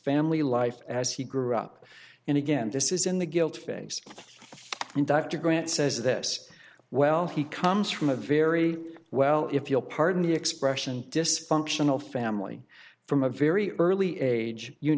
family life as he grew up and again this is in the guilt phase and dr grant says this well he comes from a very well if you'll pardon the expression dysfunctional family from a very early age you